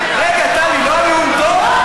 רגע, טלי, לא היה נאום טוב?